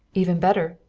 even better.